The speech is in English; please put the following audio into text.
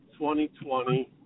2020